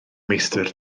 meistr